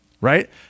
right